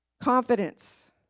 Confidence